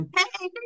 Hey